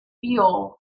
feel